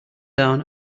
down